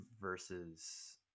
versus